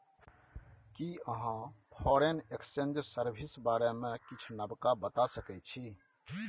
कि अहाँ foreign exchange service बारे मे किछ नबका बता सकै छी